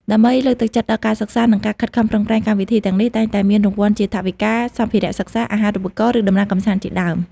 ដើម្បីលើកទឹកចិត្តដល់ការសិក្សា និងការខិតខំប្រឹងប្រែង កម្មវិធីទាំងនេះតែងតែមានរង្វាន់ជាថវិកា សម្ភារសិក្សា អាហារូបករណ៍ ឬដំណើរកម្សាន្តជាដើម។